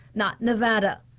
not nevada.